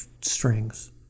strings